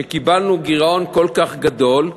שקיבלנו גירעון כל כך גדול,